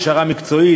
הכשרה מקצועית,